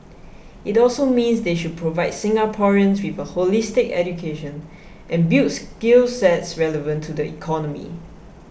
it also means they should provide Singaporeans with a holistic education and build skill sets relevant to the economy